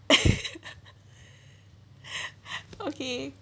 okay